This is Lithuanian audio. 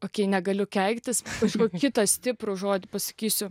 o kai negaliu keiktis kažkokį kitą stiprų žodį pasakysiu